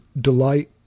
delight